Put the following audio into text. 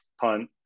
punt